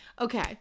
Okay